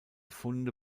funde